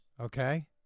okay